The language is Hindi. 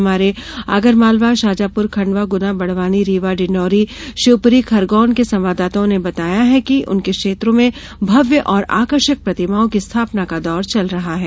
हमारे आगरमालवा शाजापूर खंडवा गुना बड़वानी रीवा डिण्डोरी शिवपुरी खरगोन के संवाददाताओं ने बताया है कि उनके क्षेत्रो में भव्य और आकर्षक प्रतिमाओं की स्थापना का दौर चल रहा है